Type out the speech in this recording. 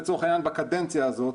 לצורך העניין בקדנציה הזאת,